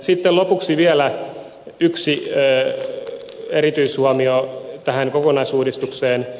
sitten lopuksi vielä yksi erityishuomio tähän kokonaisuudistukseen